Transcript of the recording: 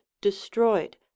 destroyed